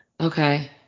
Okay